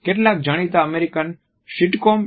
કેટલાક જાણીતા અમેરિકાના સીટકોમ T